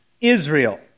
Israel